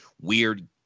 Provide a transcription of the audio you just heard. weird